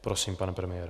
Prosím, pane premiére.